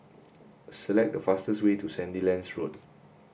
select the fastest way to Sandilands Road